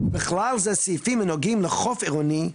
ובכלל זה, סעיפים הנוגעים לחוף עירוני,